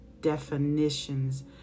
definitions